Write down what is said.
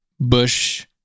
Bush